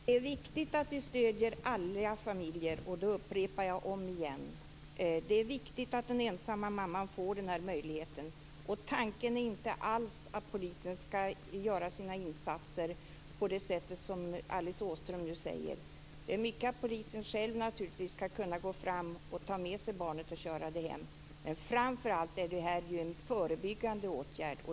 Herr talman! Det är viktigt att vi stöder alla familjer. Det upprepar jag om igen. Det är viktigt att den ensamma mamman får denna möjlighet. Tanken är inte alls att polisen skall göra sina insatser på det sätt som Alice Åström nu talar om. Poliserna skall naturligtvis själva kunna gå fram, ta med sig barnet och köra det hem, men framför allt är det en förebyggande åtgärd.